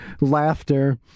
laughter